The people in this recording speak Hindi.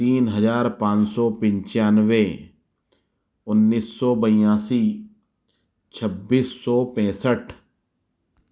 तीन हजार पाँच सो पंचानबे उन्नीस सौ बियासी छब्बीस सौ पैंसठ